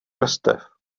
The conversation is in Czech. vrstev